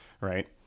Right